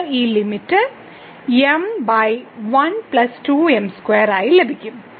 നമുക്ക് ഈ ലിമിറ്റ് ആയി ലഭിക്കും